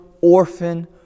orphan